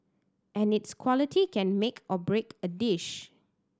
and its quality can make or break a dish